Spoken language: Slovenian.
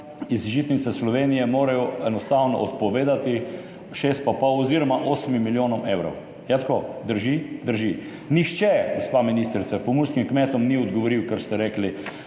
iz žitnice Slovenije, enostavno odpovedati šestim in pol oziroma 8 milijonom evrov. Je tako? Drži? Drži. Nihče, gospa ministrica, pomurskim kmetom ni odgovoril, ker ste rekli,